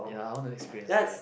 ya I want to experience that